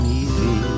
easy